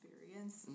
experience